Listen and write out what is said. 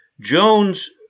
Jones